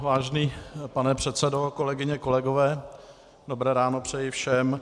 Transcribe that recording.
Vážený pane předsedo, kolegyně, kolegové, dobré ráno přeji všem.